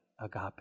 agape